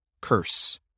curse